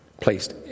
placed